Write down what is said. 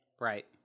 right